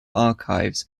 archives